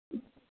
ಹ್ಞೂ